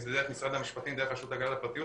אם זה דרך משרד המשפטים או דרך הרשות להגנת הפרטיות,